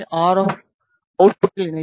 F அவுட்புட்டில் இணைத்துள்ளேன்